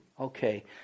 Okay